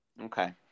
Okay